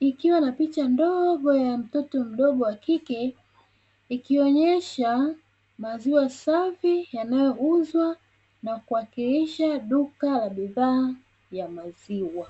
likiwa na picha ndogo ya mtoto wa kike likihashiria uuzaji wa maziwa na bidhaa za maziwa